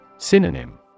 Synonym